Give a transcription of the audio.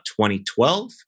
2012